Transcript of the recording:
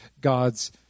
God's